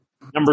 Number